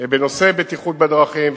בנושא בטיחות בדרכים,